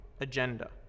agenda